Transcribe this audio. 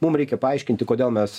mum reikia paaiškinti kodėl mes